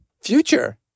Future